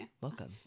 Welcome